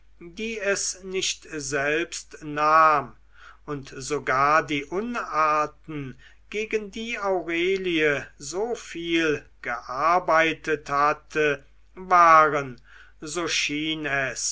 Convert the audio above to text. die es nicht selbst nahm und sogar die unarten gegen die aurelie so viel gearbeitet hatte waren so schien es